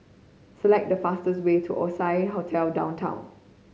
select the fastest way to Oasia Hotel Downtown